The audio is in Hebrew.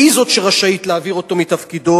והיא זאת שרשאית להעביר אותו מתפקידו,